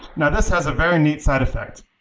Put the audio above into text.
now, this has a very neat side effect.